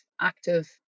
active